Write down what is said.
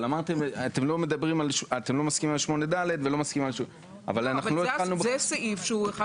אבל לא התחלנו --- זה סעיף שהוא אחד